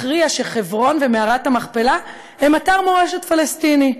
הכריע שחברון ומערת המכפלה הם אתר מורשת פלסטיני.